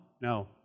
no